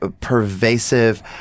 pervasive